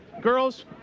Girls